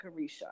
Carisha